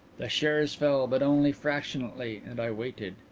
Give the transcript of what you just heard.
the shares fell, but only fractionally, and i waited.